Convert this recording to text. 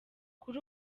kuri